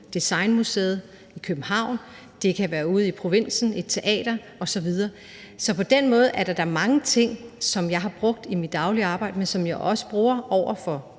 Danmark i København. Det kan være ude i provinsen, et teater osv. Så på den måde er der da mange ting, som jeg har brugt i mit daglige arbejde, men som jeg også bruger over for